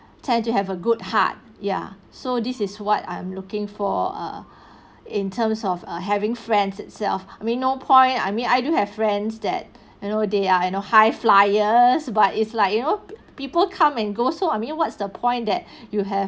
tend to have a good heart ya so this is what I'm looking for err in terms of err having friends itself I mean no point I mean I do have friends that you know they are you know high flyers but it's like you know people come and go so I mean what's the point that you have